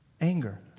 anger